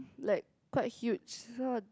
like quite huge so